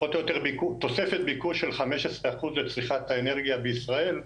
פחות או יותר תוספת ביקוש של 15% לצריכת האנרגיה בישראל,